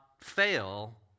fail